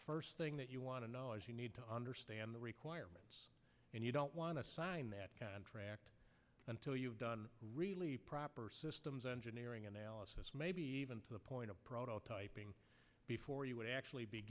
first thing that you want to know is you need to understand the requirements and you don't want to sign that contract until you've done really proper systems engineering analysis maybe even to the point of prototyping before you would actually